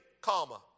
comma